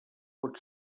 pot